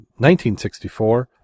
1964